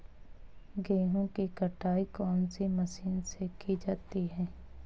गेहूँ की कटाई कौनसी मशीन से की जाती है?